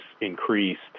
increased